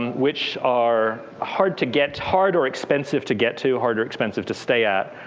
which are hard to get. hard or expensive to get to. hard or expensive to stay at.